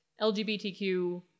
LGBTQ